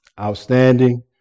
outstanding